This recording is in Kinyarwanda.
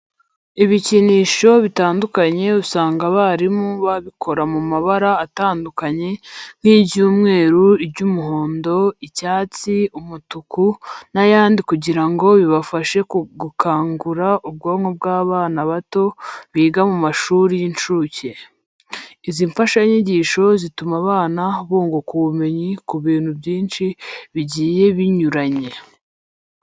Ibikinisho bitandukanye usanga abarimu babikora mu mabara atandukanye nk'iry'umweru, iry'umuhondo, icyatsi, umutuku n'ayandi kugira ngo bibafashe gukangura ubwonko bw'abana bato biga mu mashuri y'incuke. Izi mfashanyigisho zituma abana bunguka ubumenyi ku bintu byinshi bigiye binyuranye.